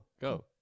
Go